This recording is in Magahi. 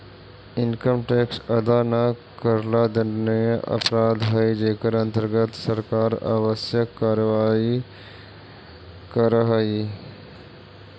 इनकम टैक्स अदा न करला दंडनीय अपराध हई जेकर अंतर्गत सरकार आवश्यक कार्यवाही करऽ हई